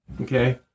Okay